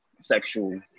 sexual